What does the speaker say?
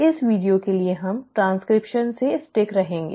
इस वीडियो के लिए हम ट्रांसक्रिप्शन से स्टिक रहेंगे